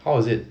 how was it